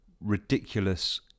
ridiculous